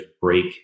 break